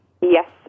Yes